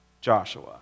Joshua